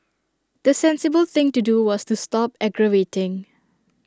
the sensible thing to do was to stop aggravating